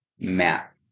Map